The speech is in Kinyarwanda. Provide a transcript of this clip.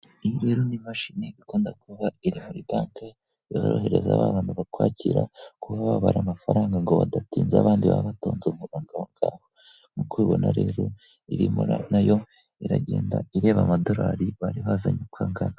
Iyi rero ni imashini ikunda kuba iri muri banki yorohereza ba bantu bakwakira, kuba babara amafaranga ngo badatinza abandi baba batonze umurongo aho ngaho; nkuko ubibona rero irimo nayo iragenda ireba amadolari bari bazanye uko angana.